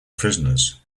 prisoners